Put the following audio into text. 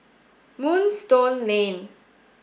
Moonstone Lane